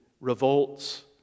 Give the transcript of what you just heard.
revolts